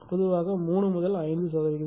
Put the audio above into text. பொதுவாக 3 முதல் 5 சதவீதம்